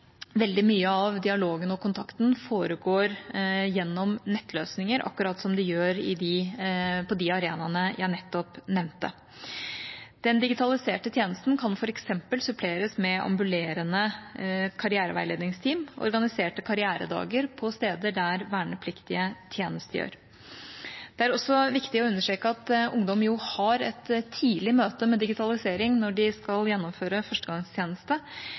veldig mye av dialogen og kontakten foregår gjennom nettløsninger, akkurat som det gjør på de arenaene jeg nettopp nevnte. Den digitaliserte tjenesten kan f.eks. suppleres med ambulerende karriereveiledningsteam og organiserte karrieredager på steder der vernepliktige tjenestegjør. Det er også viktig å understreke at ungdom tidlig møter digitalisering når de skal gjennomføre førstegangstjeneste,